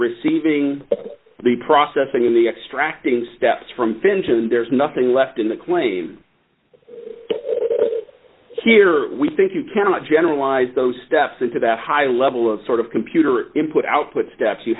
receiving the processing in the extracting steps from finch and there's nothing left in the claim here we think you cannot generalize those steps into that high level of sort of computer input output steps you